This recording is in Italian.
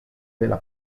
della